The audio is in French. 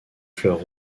fleurs